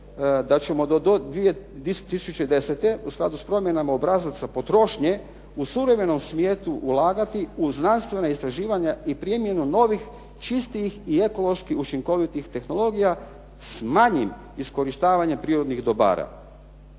da ćemo do 2010. u skladu s promjenama obrazaca potrošnje u suvremenom svijetu ulagati u znanstvena istraživanja i primjenu novih čistijih i ekološki učinkovitih tehnologija s manjim iskorištavanjem prirodnih dobara.